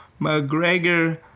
McGregor